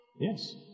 yes